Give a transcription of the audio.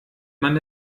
man